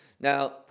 Now